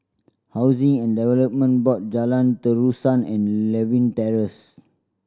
Housing and Development Board Jalan Terusan and Lewin Terrace